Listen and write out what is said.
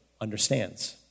understands